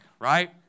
right